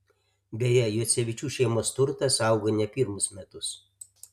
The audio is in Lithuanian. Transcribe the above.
beje juocevičių šeimos turtas auga ne pirmus metus